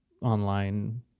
online